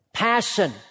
passion